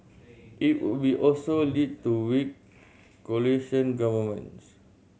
it would be also lead to weak coalition governments